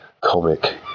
comic